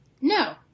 No